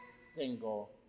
single